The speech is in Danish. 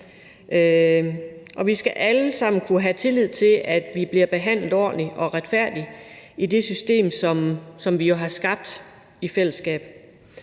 og vi skal alle sammen kunne have tillid til, at vi bliver behandlet ordentligt og retfærdigt i det system, som vi jo har skabt i fællesskab.